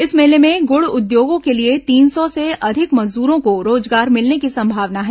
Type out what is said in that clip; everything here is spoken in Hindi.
इस मेले में गुड़ उद्योगों के लिए तीन सौ से अधिक मजदूरों को रोजगार मिलने की संभावना है